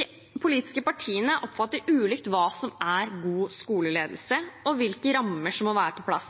De politiske partiene oppfatter ulikt hva som er god skoleledelse, og hvilke rammer som må være på plass.